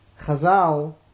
Chazal